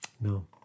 No